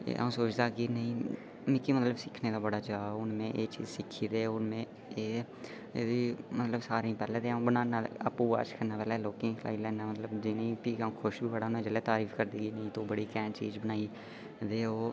अ'ऊं सोचदा हा कि मिगी मतलब सिक्खने दा बड़ा चाऽ हा हुन में एह् चीज सिक्खी ते उनें में एह्दी सारें हा पैह्लें आपू बाद च खन्ना पैह्लें लोकें गी खलाई लैन्ना जि'नें गी फ्ही अ'ऊं खुश बी बड़ा होन्ना जिसलै तारीफ करदे कि तू बड़ी घैंट चीज बनाई ते ओह्